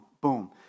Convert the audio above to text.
boom